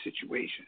situation